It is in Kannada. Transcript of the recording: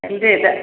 ರಿಯಯತಾ